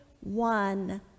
One